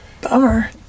Bummer